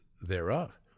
thereof